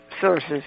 sources